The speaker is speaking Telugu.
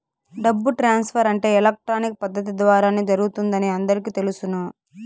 డబ్బు ట్రాన్స్ఫర్ అంటే ఎలక్ట్రానిక్ పద్దతి ద్వారానే జరుగుతుందని అందరికీ తెలుసును